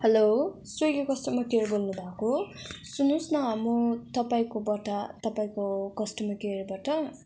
hello Swiggy customer care बोल्नु भएको हो सुन्नुहोसे न म तपाईँकोबाट तपाईँको कस्टमर केयरबाट